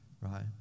right